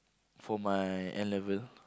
for my N-level